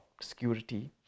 security